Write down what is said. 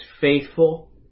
faithful